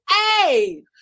hey